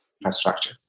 infrastructure